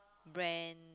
brand